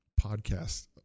podcast